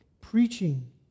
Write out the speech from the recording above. Preaching